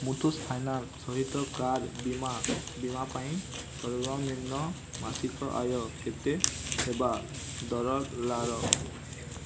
Muthoot finance ସହିତ car ବୀମା ବୀମା ପାଇଁ ସର୍ବନିମ୍ନ ମାସିକ ଆୟ କେତେ ହେବା ଦରକାର